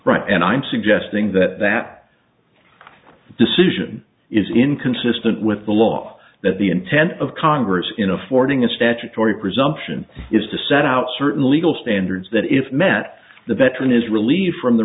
right and i'm suggesting that that decision is inconsistent with the law that the intent of congress in affording a statutory presumption is to set out certain legal standards that if met the veteran is relieved from the